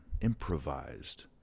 improvised